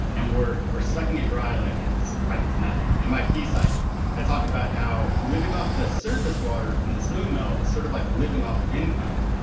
and we're we're sucking it dry like it's like it's nothing. and in my piece, i i talk about how living off the surface water from the snowmelt is sort of like living off of income,